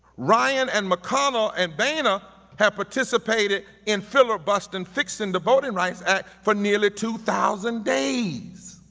ryan and mcconnell and boehner have participated in filibuster and fixing the voting rights act for nearly two thousand days.